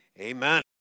amen